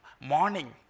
Morning